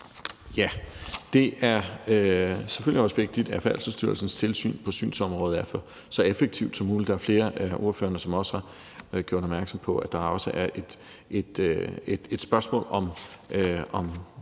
på. Det er selvfølgelig også vigtigt, at Færdselsstyrelsens tilsyn på synsområdet er så effektivt som muligt. Der er flere af ordførerne, som også har gjort opmærksom på, at der også er et spørgsmål om